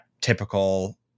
typical